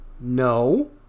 no